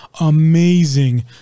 amazing